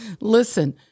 Listen